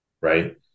Right